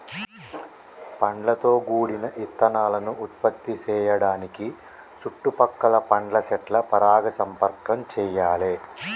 పండ్లతో గూడిన ఇత్తనాలను ఉత్పత్తి సేయడానికి సుట్టు పక్కల పండ్ల సెట్ల పరాగ సంపర్కం చెయ్యాలే